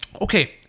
Okay